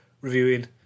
reviewing